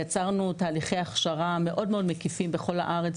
יצרנו תהליכי הכשרה מאוד מקיפים בכל הארץ,